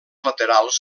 laterals